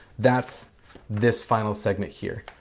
that's this final segment here.